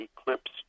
Eclipse